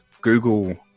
Google